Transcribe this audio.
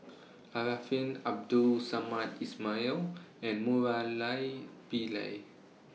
Arifin Abdul Samad Ismail and Murali Pillai